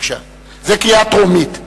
זה קריאה טרומית.